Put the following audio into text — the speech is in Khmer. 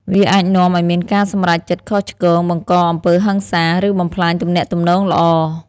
វាអាចនាំឲ្យមានការសម្រេចចិត្តខុសឆ្គង បង្កអំពើហិង្សា ឬបំផ្លាញទំនាក់ទំនងល្អ។